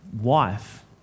wife